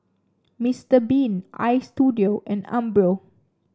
Mister Bean Istudio and Umbro